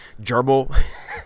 gerbil